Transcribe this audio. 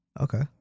Okay